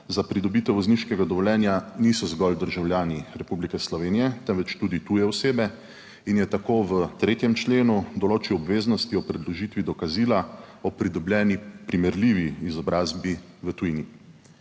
za pridobitev vozniškega dovoljenja niso zgolj državljani Republike Slovenije, temveč tudi tuje osebe, in je tako v 3. členu določil obveznosti ob predložitvi dokazila o pridobljeni primerljivi izobrazbi v tujini.